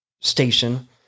station